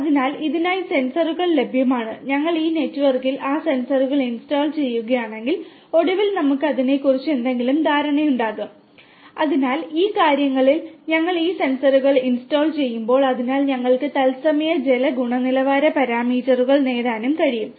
അതിനാൽ ഇതിനായി സെൻസറുകൾ ലഭ്യമാണ് ഞങ്ങൾ ഈ നെറ്റ്വർക്കിൽ ആ സെൻസറുകൾ ഇൻസ്റ്റാൾ ചെയ്യുകയാണെങ്കിൽ ഒടുവിൽ നമുക്ക് അതിനെക്കുറിച്ച് എന്തെങ്കിലും ധാരണയുണ്ടാകും അതിനാൽ ഈ കാര്യങ്ങളിൽ ഞങ്ങൾ ഈ സെൻസറുകൾ ഇൻസ്റ്റാൾ ചെയ്യുമ്പോൾ അതിനാൽ ഞങ്ങൾക്ക് തത്സമയ ജല ഗുണനിലവാര പാരാമീറ്ററുകൾ നേടാനും കഴിയും